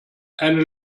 eine